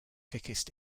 thickest